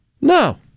No